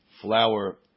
flour